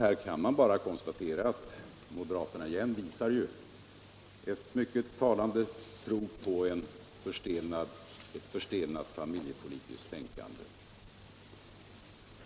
Man kan bara konstatera att moderaterna igen visar ett mycket talande prov på ett förstelnat familjepolitiskt tänkande.